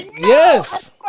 Yes